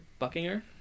Buckinger